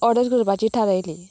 order करपाची थारायली